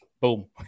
boom